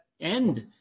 end